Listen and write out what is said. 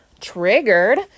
triggered